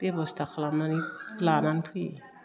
बेबस्था खालामनानै लानानै फैयो